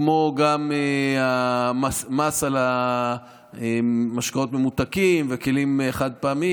כמו גם המס על משקאות ממותקים וכלים חד-פעמיים.